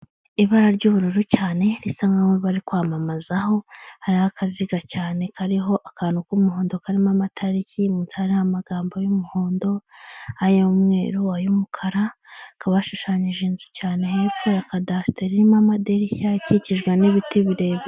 Ibara ry'ubururu cyane risa nkaho bari kwamamazaho, hariho akaziga cyane kariho akantu k'umuhondo karimo amatariki, munsi hari amagambo y'umuhondo, ay'umweru, ay'umukara. Hakaba hashushanyije inzu cyane hepfo ya kadasitire, irimo amadirishya akikijwe n'ibiti birebire.